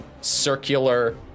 circular